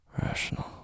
Rational